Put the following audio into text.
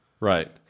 Right